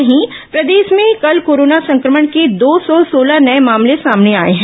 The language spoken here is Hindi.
वहीं प्रदेश में कल कोरोना संक्रमण के दो सौ सोलह नये मामले सामने आए हैं